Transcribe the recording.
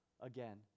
again